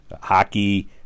hockey